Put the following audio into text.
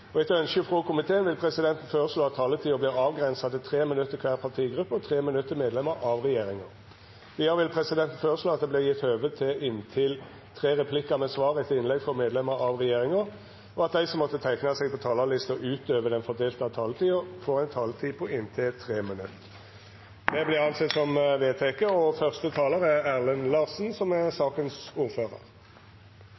8. Etter ønske fra energi- og miljøkomiteen vil presidenten foreslå at taletiden blir begrenset til 3 minutter til hver partigruppe og 3 minutter til medlemmer av regjeringen. Videre vil presidenten foreslå at det blir gitt anledning til inntil seks replikker med svar etter innlegg fra medlemmer av regjeringen, og at de som måtte tegne seg på talerlisten utover den fordelte taletid, får en taletid på inntil 3 minutter. – Det